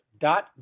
dot